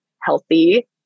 healthy